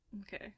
Okay